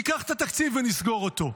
ניקח את התקציב ונסגור אותו.